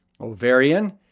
ovarian